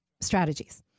strategies